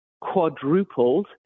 quadrupled